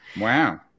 Wow